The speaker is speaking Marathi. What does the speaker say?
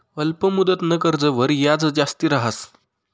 अल्प मुदतनं कर्जवर याज जास्ती रहास